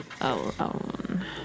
alone